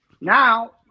Now